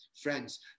Friends